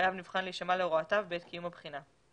חייב נבחן להישמע להוראותיו בעת קיום הבחינה.